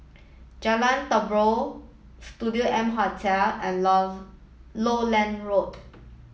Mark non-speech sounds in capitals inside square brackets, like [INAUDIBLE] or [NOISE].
Jalan Terubok Studio M Hotel and [UNINTELLIGIBLE] Lowland Road